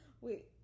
Wait